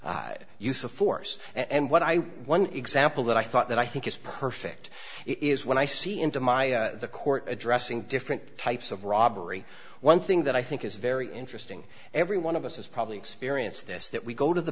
reckless use of force and what i one example that i thought that i think is perfect is when i see into my the court addressing different types of robbery one thing that i think is very interesting every one of us has probably experienced this that we go to the